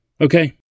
Okay